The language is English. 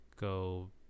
go